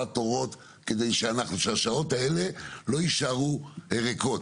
תורים כדי שהשעות האלה לא יישארו ריקות.